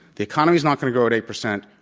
the economy is not going to grow at eight percent.